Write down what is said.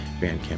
Bandcamp